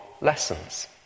lessons